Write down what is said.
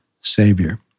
Savior